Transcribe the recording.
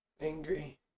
Angry